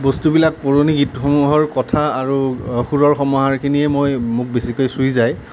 বস্তুবিলাক পুৰণি গীতসমূহৰ কথা আৰু সুৰৰ সমাহাৰখিনিয়ে মই মোক বেছিকৈ চুই যায়